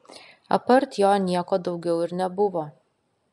apart jo nieko daugiau ir nebuvo